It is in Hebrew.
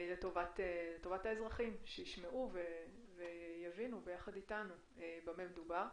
לטובת האזרחים שישמעו ויבינו ביחד איתנו במה מדובר.